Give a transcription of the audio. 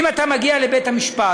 אם אתה מגיע לבית-משפט,